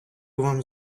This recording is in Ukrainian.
вам